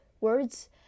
words